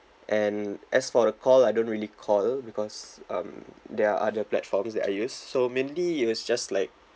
and as for the call I don't really call because um there are other platforms that I use so mainly it was just like